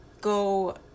go